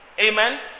Amen